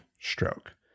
stroke